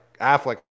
Affleck